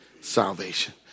salvation